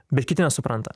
bet kiti nesupranta